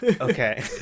Okay